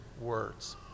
words